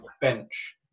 bench